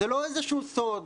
זה לא איזשהו סוד.